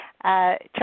trust